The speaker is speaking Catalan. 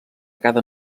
cada